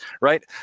right